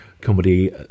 comedy